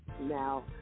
Now